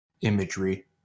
imagery